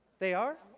they are?